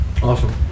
Awesome